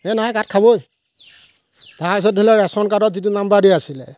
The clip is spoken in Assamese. হেই নাই কাট খাবই তাৰপাছত ধৰি লওক ৰেচন কাৰ্ডত যিটো নাম্বাৰ দিয়া আছিলে